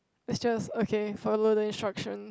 it's just okay follow the instructions